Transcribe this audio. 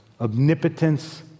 Omnipotence